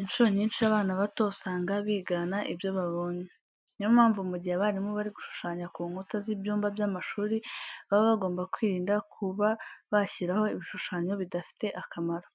Incuro nyinshi abana bato usanga bigana ibyo babonye. Ni yo mpamvu mu gihe abarimu bari gushushanya ku nkuta z'ibyumba by'amashuri baba bagomba kwirinda kuba bashyiraho ibishushanyo bidafite akamaro.